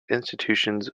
institutions